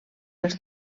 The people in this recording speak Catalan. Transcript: els